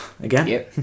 again